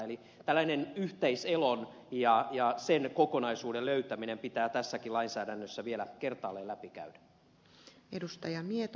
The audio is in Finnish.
eli tällainen yhteiselon ja sen kokonaisuuden löytäminen pitää tässäkin lainsäädännössä vielä kertaalleen läpikäydä